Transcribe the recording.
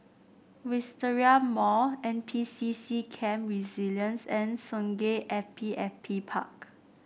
Wisteria Mall N P C C Camp Resilience and Sungei Api Api Park